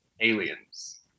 aliens